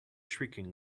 shrieking